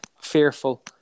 fearful